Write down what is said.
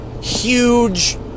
huge